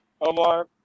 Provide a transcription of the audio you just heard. Omar